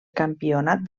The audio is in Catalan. campionat